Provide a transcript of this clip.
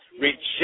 Reject